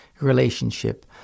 relationship